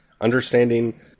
Understanding